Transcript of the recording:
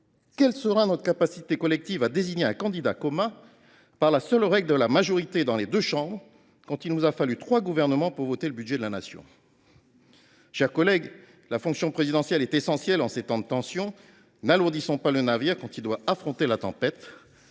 Quelle sera notre capacité collective à désigner un candidat commun par la seule règle de la majorité dans les deux chambres, quand il nous a fallu trois gouvernements pour voter le budget de la Nation ? Mes chers collègues, la fonction présidentielle est essentielle en ces temps de tensions. N’alourdissons pas le navire quand il doit affronter la tempête